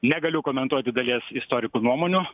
negaliu komentuoti dalies istorikų nuomonių